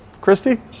Christy